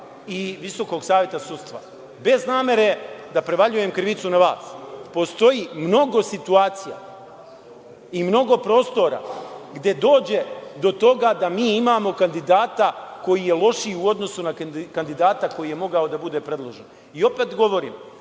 i Visokog saveta sudstva, bez namere da prevaljujem krivicu na vlast, postoji mnogo situacija i mnogo prostora gde dođe do toga da mi imamo kandidata koji je lošiji u odnosu na kandidata koji je mogao da bude predložen. Opet govorim,